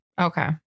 Okay